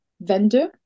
vendor